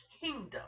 kingdom